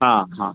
हाँ हाँ